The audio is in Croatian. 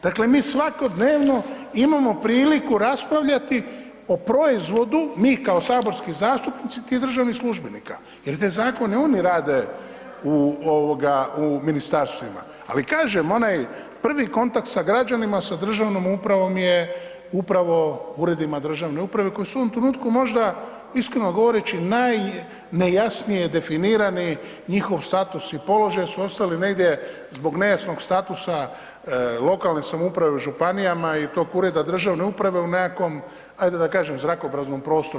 Dakle, mi svakodnevno imamo priliku raspravljati o proizvodu, mi kao saborski zastupnici tih državnih službenika, jer te zakone oni rade u ovoga u ministarstvima, ali kažem onaj prvi kontakt sa građanima, sa državnom upravom je upravo u uredima državne uprave koji su u ovom trenutku možda iskreno govoreći najnejasnije definirani njihov status i položaj su ostali negdje zbog nejasnog statusa lokalne samouprave u županijama i tog ureda državne uprave u nekakvom ajde da kažem zrakopraznom prostoru.